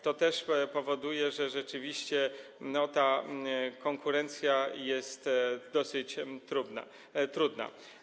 To też powoduje, że rzeczywiście ta konkurencja jest dosyć trudna.